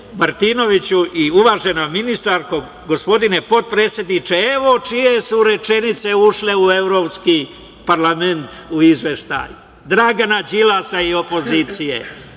Martinoviću i uvažena ministarko, gospodine potpredsedniče, evo čije su rečenice ušle u Evropski parlament u izveštaj, Dragana Đilasa i opozicije.